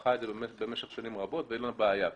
את זה במשך שנים רבות ואין לה בעיה.